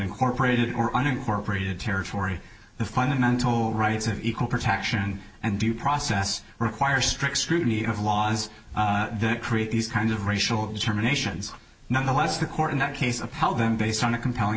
incorporated or unincorporated territory the fundamental rights of equal protection and due process require strict scrutiny of laws that create these kinds of racial germination nonetheless the court in that case of how then based on a compelling